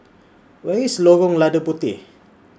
Where IS Lorong Lada Puteh